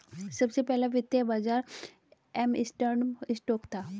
सबसे पहला वित्तीय बाज़ार एम्स्टर्डम स्टॉक था